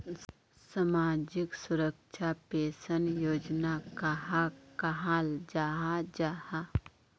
सामाजिक सुरक्षा पेंशन योजना कहाक कहाल जाहा जाहा?